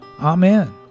Amen